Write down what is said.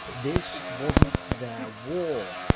this wasn't their war,